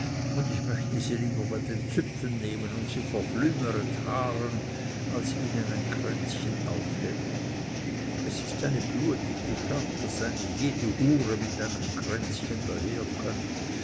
und ich möchte sie lieber bei den züpfen nehmen und sie verflümert haaren als ihnen ein kränzchen aufheften es ist eine bluetige schand daß eine jede hure mit einem kränzchen daherkömmt